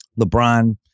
LeBron